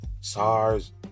SARS